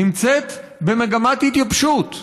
נמצאת במגמת התייבשות,